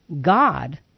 God